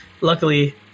luckily